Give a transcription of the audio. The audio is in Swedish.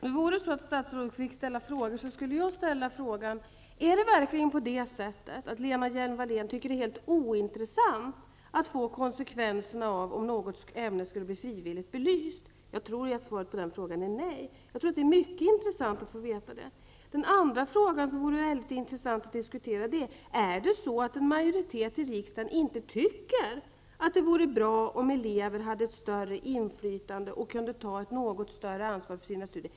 Fru talman! Om statsråd fick ställa frågor skulle jag ställa följande fråga: Är det verkligen på det sättet att Lena Hjelm-Wallén tycker att det är helt ointressant att få konsekvenserna belysta av om något ämne blev frivilligt. Jag tror att svaret på den frågan är nej. Jag tror t.o.m. att det är mycket intressant att få ett besked på den punkten. En annan fråga som det vore väldigt intressant att diskutera är följande: Är det så, att en majoritet i riksdagen inte tycker att det vore bra om elever hade ett större inflytande och kunde ta ett något större ansvar för sina studier?